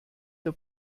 der